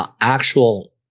um actual